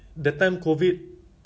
then